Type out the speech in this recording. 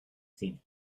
cine